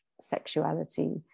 sexuality